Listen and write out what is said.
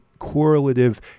correlative